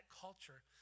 culture